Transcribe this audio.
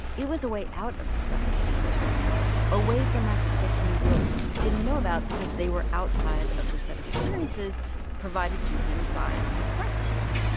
it was a way out of the preference prison a way for max to get to new worlds he didn't know about because they were outside of the set of experiences provided to him by his preference.